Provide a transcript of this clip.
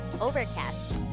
Overcast